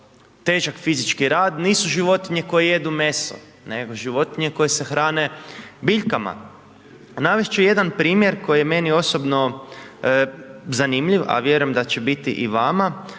težak fizički rad nisu životinje koje jedu meso, nego životinje koje se hrane biljkama. Navest ću jedan primjer koji je meni osobno zanimljiv, a vjerujem da će biti i vama,